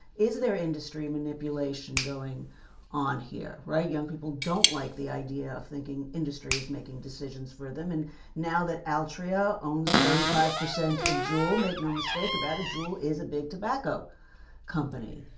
is there industry manipulation going on here. young people don't like the idea of thinking industry is making decisions for them. and now that altria owns thirty five percent of juul, make no mistake about it, juul is a big tobacco company.